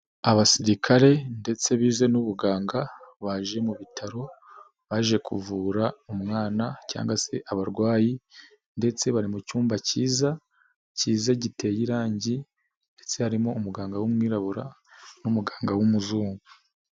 Abasirikare ndetse bize n'ubuganga baje mu bitaro baje kuvura umwana cyangwa se abarwayi ndetse bari mu cyumba kiza, kiza giteye irangi ndetse harimo umuganga w'umwirabura n'umuganga w'umuzungu.